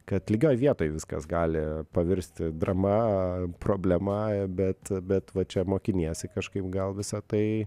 kad lygioj vietoj viskas gali pavirsti drama problema bet bet va čia mokiniesi kažkaip gal visa tai